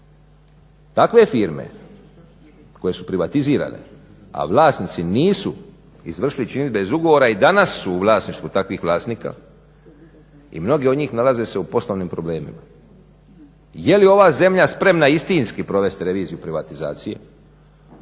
Takve firme koje su privatizirane, a vlasnici nisu izvršili činidbe iz ugovora i danas su u vlasništvu takvih vlasnika i mnogi od njih nalaze se u poslovnim problemima. Je li ova zemlja spremna istinski provesti reviziju privatizacije,